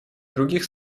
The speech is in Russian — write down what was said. других